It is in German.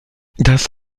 das